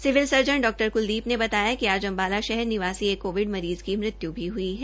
civil surgeon डॉ कुलदीप ने बताया कि आज अम्बाला शहर निवासी कोविड मरीज की मृत्यु भी हुई है